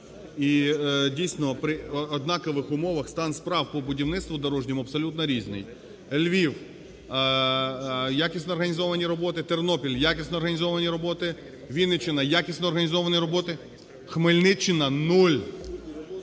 і, дійсно, при однакових умовах стан справ по будівництву дорожньому абсолютно різний. Львів – якісно організовані роботи. Тернопіль – якісно організовані роботи. Вінниччина – якісно організовані роботи. Хмельниччина – нуль.